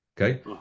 Okay